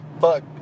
fuck